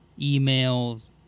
emails